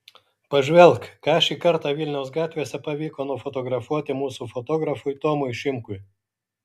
pažvelk ką šį kartą vilniaus gatvėse pavyko nufotografuoti mūsų fotografui tomui šimkui